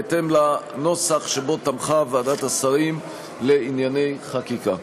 בהתאם לנוסח שבו תמכה ועדת השרים לענייני חקיקה.